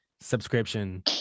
subscription